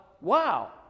wow